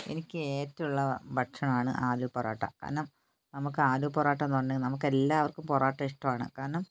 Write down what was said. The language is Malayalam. എനിക്ക് ഏറ്റവും ഉള്ള ഭക്ഷണമാണ് ആലു പൊറോട്ട കാരണം നമുക്ക് ആലു പൊറോട്ട എന്ന് പറഞ്ഞാൽ നമുക്ക് എല്ലാവര്ക്കും പൊറോട്ട ഇഷ്ടമാണ് കാരണം